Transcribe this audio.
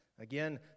Again